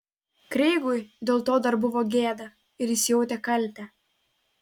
kreigui dėl to dar buvo gėda ir jis jautė kaltę